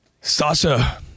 Sasha